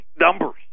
numbers